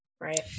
right